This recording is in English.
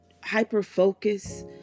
hyper-focus